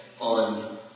on